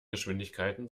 geschwindigkeiten